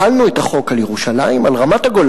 החלנו את החוק על ירושלים ועל רמת-הגולן,